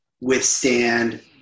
withstand